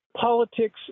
politics